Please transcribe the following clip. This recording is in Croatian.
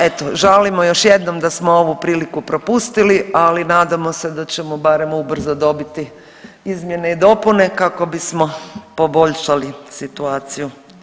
Eto žalimo još jednom da smo ovu priliku propustili, ali nadamo se da ćemo barem ubrzo dobiti izmjene i dopune kako bismo poboljšali situaciju.